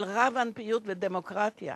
של רב-אנפיות ודמוקרטיה.